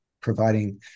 providing